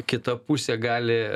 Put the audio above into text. kita pusė gali